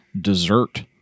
dessert